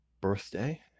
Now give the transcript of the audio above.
birthday